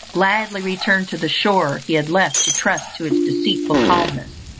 gladly return to the shore he had left to trust to its deceitful calmness?